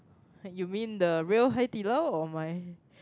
you mean the real Hai Di Lao or my